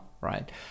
right